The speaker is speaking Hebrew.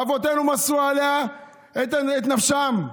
אבותינו מסרו עליה את נפשם,